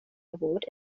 award